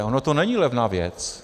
Ona to není levná věc.